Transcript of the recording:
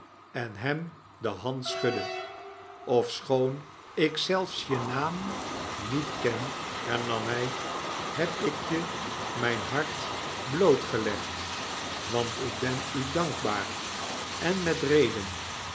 en hem de hand schudde ofschooji ik zelfs je naam niet ken hernam hij heb ik je mijn hart blootgelegd want ik ben u dankbaar en met reden